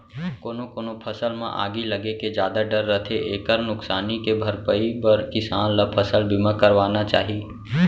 कोनो कोनो फसल म आगी लगे के जादा डर रथे एकर नुकसानी के भरपई बर किसान ल फसल बीमा करवाना चाही